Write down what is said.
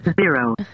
Zero